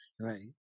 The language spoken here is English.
Right